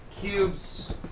cubes